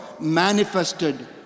manifested